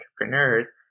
entrepreneurs